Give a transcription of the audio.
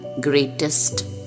Greatest